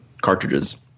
cartridges